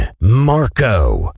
Marco